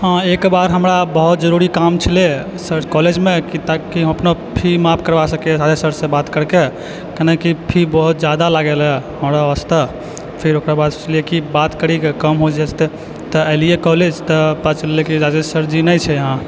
हाँ एकबार हमरा बहुत जरुरी काम छलैये कोलेजमे ताकि हम अपना फी माफ करबा सकियै सारे सरसँ बात करिकऽ केना कि फी बहुत जादा लागि रहल अइ हमरा वास्ते फिर ओकर बाद सोचलियै कि जे बातकऽ कम होइ जाइ छै तऽ अयलियै कौलेज तऽ पता चलल कि राजेश सर जी नहि छै यहाँ